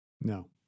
No